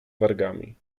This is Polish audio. wargami